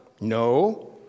No